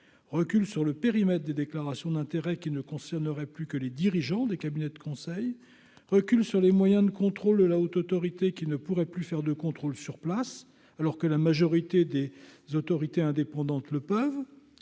reculs sur le périmètre des déclarations d'intérêts qui ne concernerait plus que les dirigeants des cabinets de conseil recul sur les moyens de contrôle de la Haute autorité qui ne pourraient plus faire de contrôles sur place, alors que la majorité des autorités indépendantes le peuvent